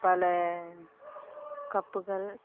பல கப்புகள்